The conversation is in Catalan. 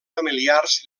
familiars